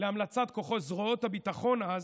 להמלצת זרועות הביטחון אז,